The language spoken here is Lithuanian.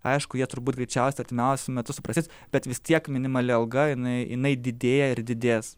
aišku jie turbūt greičiausiai artimiausiu metu suprasės bet vis tiek minimali alga jinai jinai didėja ir didės